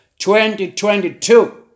2022